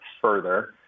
further